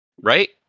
Right